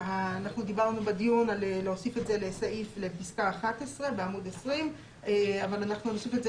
בדיון דיברנו להוסיף את זה לפסקה (11) בעמוד 20 אבל אנחנו נוסיף את זה